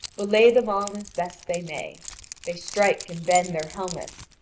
but lay them on as best they may they strike and bend their helmets,